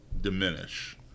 diminish